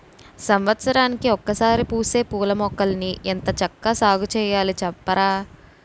సంవత్సరానికి ఒకసారే పూసే పూలమొక్కల్ని ఎంత చక్కా సాగుచెయ్యాలి సెప్పరా?